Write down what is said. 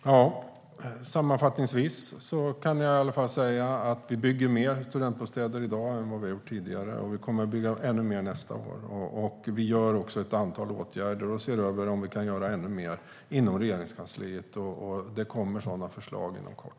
Herr talman! Sammanfattningsvis kan jag i alla fall säga att vi bygger mer studentbostäder i dag än vad vi har gjort tidigare, och vi kommer att bygga ännu mer nästa år. Vi vidtar också ett antal åtgärder och ser över om vi kan göra ännu mer inom Regeringskansliet. Det kommer sådana förslag inom kort.